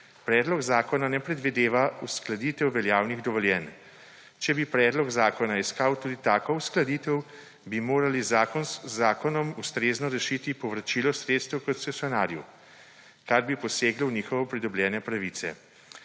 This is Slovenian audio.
Predlog zakona ne predvideva uskladitve veljavnih dovoljenj. Če bi predlog zakona iskal tudi tako uskladitev, bi morali z zakonom ustrezno rešiti povračilo sredstev koncesionarju, kar bi poseglo v njihove pridobljene pravice.